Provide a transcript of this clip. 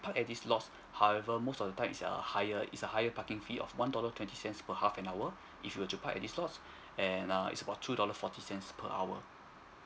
park at these lots however most of the time it's a higher it's a higher parking fee of one dollar twenty cents per half an hour if you were to park at these lots and err it's about two dollars forty cents per hour